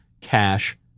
cash